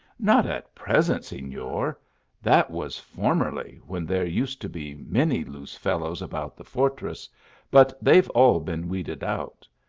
not at present, senor that was formerly, when there used to be many loose fellows about the for tress but they ve all been vceded out.